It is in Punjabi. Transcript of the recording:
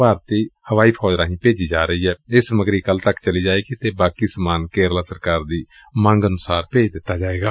ਭਾਰਤੀ ਹਵਾਈ ਫੌਜ ਰਾਹੀਂ ਭੇਜੀ ਜਾ ਰਹੀ ਇਹ ਸਮਗਰੀ ਕਲ ਤੱਕ ਚਲੀ ਜਾਵੇਗੀ ਅਤੇ ਬਾਕੀ ਸਮਾਨ ਕੇਰਲਾ ਸਰਕਾਰ ਦੀ ਮੰਗ ਅਨੁਸਾਰ ਭੇਜ ਦਿੱਤਾ ਜਾਵੇਗਾ